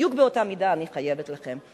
בדיוק באותה מידה אני חייבת לכם.